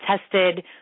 tested